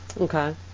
Okay